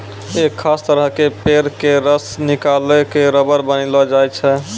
एक खास तरह के पेड़ के रस निकालिकॅ रबर बनैलो जाय छै